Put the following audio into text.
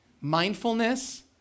mindfulness